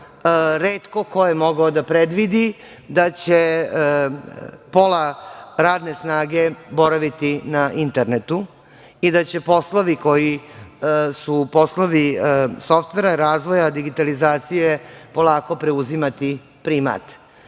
retko ko je mogao da predvidi da će pola radne snage boraviti na internetu i da će poslovi koji su poslovi softvera, razvoja digitalizacije polako preuzimati primat.